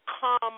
come